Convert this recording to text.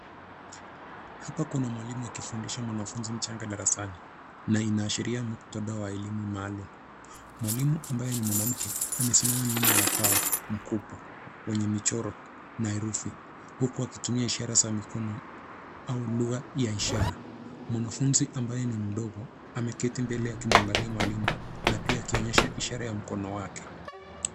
Hapa kuna mwalimu akifundisha mwanafunzi mchanga darasani na inaashiria muktadha wa elimu maalum. Mwalimu ambaye ni mwanamke amesimama nyuma ya ubao mkubwa wenye michoro na herufi huku akitumia ishara za mikono au lugha ya ishara. Mwanafunzi ambaye ni mdogo ameketi mbele akimwangalia mwalimu na pia akionyesha ishara ya mkono wake.